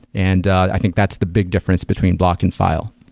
and i think that's the big difference between block and file.